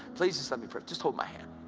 please just let me pray! just hold my hand